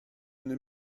une